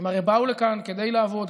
הם הרי באו לכאן כדי לעבוד,